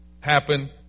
happen